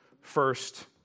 first